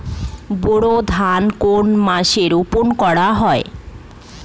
বোরো ধান কোন মাসে রোপণ করা হয়?